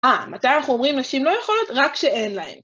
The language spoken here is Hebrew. אה, מתי אנחנו אומרים נשים לא יכולות? רק שאין להן.